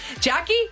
jackie